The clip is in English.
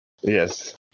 Yes